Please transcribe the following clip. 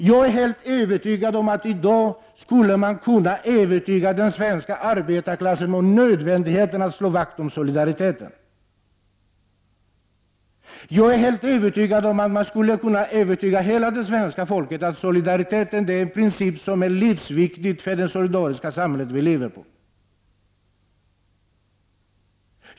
Jag är helt säker på att man i dag skulle kunna övertyga den svenska arbetarklassen om nödvändigheten av att slå vakt om solidariteten. Det går att övertyga hela det svenska folket om att solidariteten är en princip som är livsviktig för det samhälle som vi lever i.